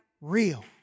real